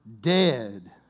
dead